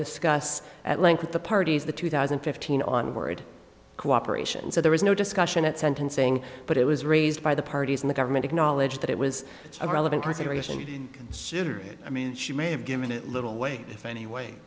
discuss at length the parties the two thousand and fifteen onward cooperation so there was no discussion at sentencing but it was raised by the parties in the government acknowledge that it was a relevant consideration i mean she may have given a little way anyway